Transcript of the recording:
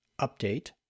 update